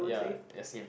ya ya same